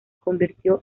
convirtió